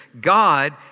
God